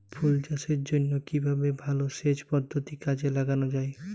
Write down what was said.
ফুল চাষের জন্য কিভাবে জলাসেচ পদ্ধতি কাজে লাগানো যাই?